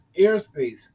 Airspace